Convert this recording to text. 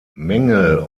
mängel